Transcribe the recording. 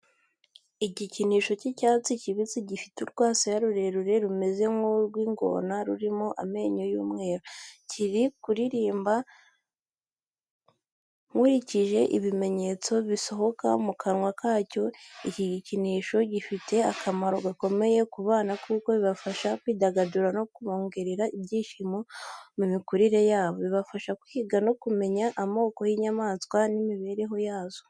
Igikinisho cy'icyatsi kibisi gifite urwasaya rurerure rumeze nk'urw'ingona rurimo amenyo y'umweru. Kiri kuririmba nkurikije ibimenyetso bisohoka mu kanwa kacyo. Ibikinisho bifite akamaro gakomeye ku bana kuko bibafasha kwidagadura no kubongerera ibyishimo mu mikurire yabo. Bibafasha kwiga no kumenya amoko y'inyamaswa n'imibereho yazo.